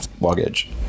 luggage